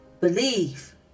believe